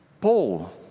Paul